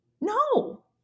No